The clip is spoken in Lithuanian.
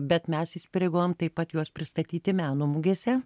bet mes įsipareigojam taip pat juos pristatyti meno mugėse